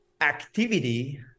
activity